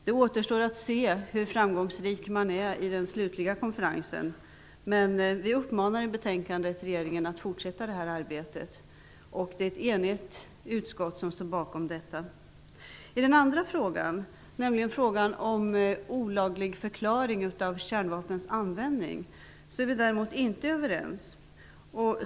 Det återstår att se hur framgångsrik man blir vid den slutliga konferensen, men vi uppmanar i vårt betänkande regeringen att fortsätta med arbetet på detta område. Bakom denna uppmaning står ett enigt utskott. I den andra frågan, som gäller en olagligförklaring av kärnvapnens användning, är vi däremot inte överens.